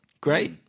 Great